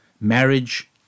marriage